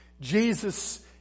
Jesus